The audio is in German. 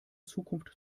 zukunft